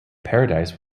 paradise